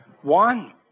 One